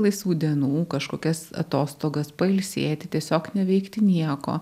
laisvų dienų kažkokias atostogas pailsėti tiesiog neveikti nieko